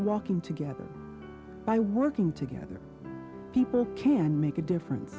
walking together by working together people can make a difference